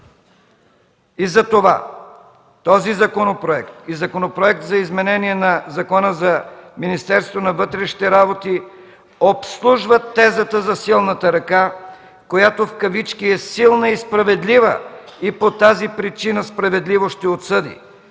г. Затова този законопроект и Законопроектът за изменение на Закона за Министерството на вътрешните работи обслужват тезата за силната ръка, която „е силна и справедлива” и по тази причина справедливо ще отсъди.